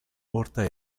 horta